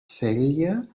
failure